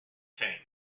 fame